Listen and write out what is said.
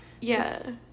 Yes